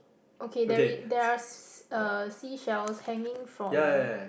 okay there i~ there are s~ uh seashells hanging from